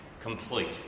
complete